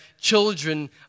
children